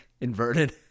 inverted